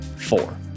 Four